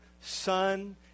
Son